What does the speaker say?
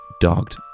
dogged